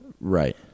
right